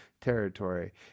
territory